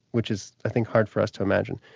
which is i think hard for us to imagine,